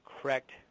correct